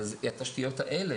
אבל התשתיות האלה,